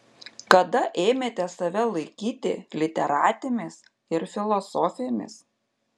kada ėmėte save laikyti literatėmis ir filosofėmis